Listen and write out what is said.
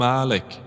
Malik